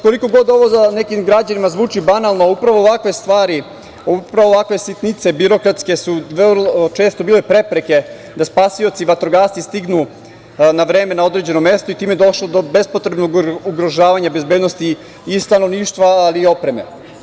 Koliko god ovo da nekim građanima zvuči banalno, upravo ovakve stvari, upravo ovakve sitnice, birokratske, su vrlo često bile prepreke da spasioci vatrogasci stignu na vreme na određeno mesto i time je došlo do bespotrebnog ugrožavanja bezbednosti i stanovništva, ali i opreme.